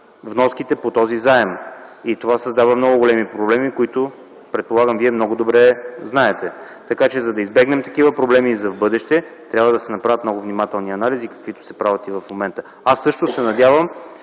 вноските по този заем. Това създава много големи проблеми, които, предполагам, Вие много добре знаете. Така че, за да избегнем такива проблеми и за в бъдеще, трябва да се направят много внимателни анализи, каквито се правят и в момента. Аз също се надявам